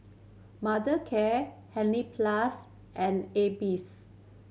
Mothercare Hansaplast and AIBIs